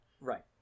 Right